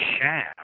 sham